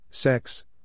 Sex